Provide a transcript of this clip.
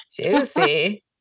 Juicy